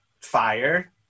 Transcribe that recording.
fire